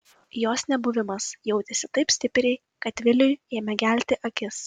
jos nebuvimas jautėsi taip stipriai kad viliui ėmė gelti akis